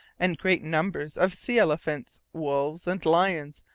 and great numbers of sea elephants, wolves, and lions,